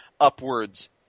upwards